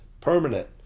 Permanent